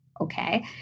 okay